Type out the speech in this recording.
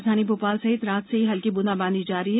राजधानी भोपाल सहित रात से ही हल्की बूंदाबांदी जारी है